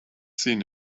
seen